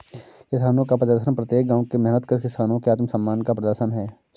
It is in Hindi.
किसानों का प्रदर्शन प्रत्येक गांव के मेहनतकश किसानों के आत्मसम्मान का प्रदर्शन है